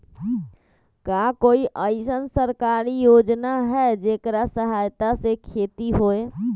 का कोई अईसन सरकारी योजना है जेकरा सहायता से खेती होय?